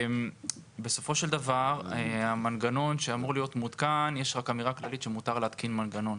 יש כאן רק אמירה כללית שאומרת שמותר להתקין מנגנון,